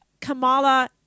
Kamala